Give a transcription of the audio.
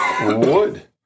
wood